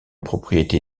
propriété